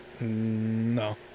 No